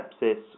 sepsis